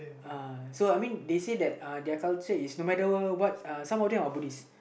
uh so I mean they say that uh their culture is no matter what some of them are Buddhist